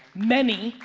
many,